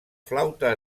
flauta